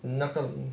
你那个